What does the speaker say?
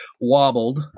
wobbled